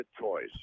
Toys